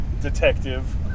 detective